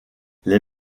les